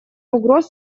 угроз